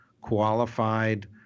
qualified